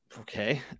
Okay